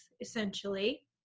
essentially